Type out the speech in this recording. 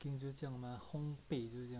这样就叫烘焙